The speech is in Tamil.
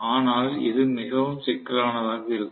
ஆனால் இது மிகவும் சிக்கலானதாக இருக்கும்